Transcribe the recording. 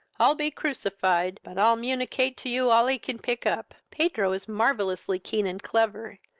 i'll be crucified but i'll municate to you all i can pick up. pedro is marvelly keen and clever,